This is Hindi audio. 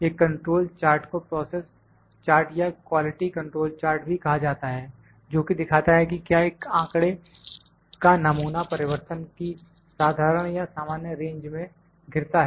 एक कंट्रोल चार्ट को प्रोसेस चार्ट या क्वालिटी कंट्रोल चार्ट भी कहा जाता है जोकि दिखाता है कि क्या एक आंकड़े का नमूना परिवर्तन की साधारण या सामान्य रेंज में गिरता है